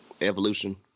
Evolution